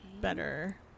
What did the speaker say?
better